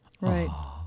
right